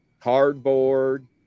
cardboard